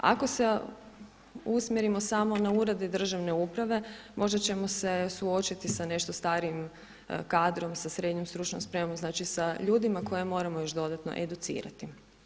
Ako se usmjerimo samo na Urede državne uprave možda ćemo se suočiti sa nešto starijim kadrom, sa srednjom stručnom spremom, znači sa ljudima koje još moramo dodatno educirati.